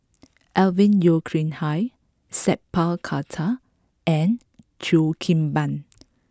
Alvin Yeo Khirn Hai Sat Pal Khattar and Cheo Kim Ban